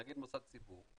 נגיד מוסד ציבור,